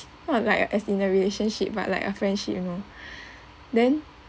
not like as in a relationship but like a friendship you know then